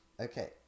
Okay